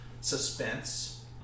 suspense